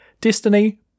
Destiny